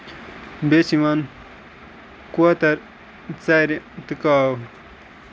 بیٚیہِ چھِ یِوان کوتر ژَرِ تہٕ کاو